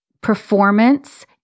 performance